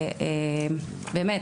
באמת,